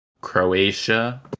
Croatia